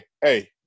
hey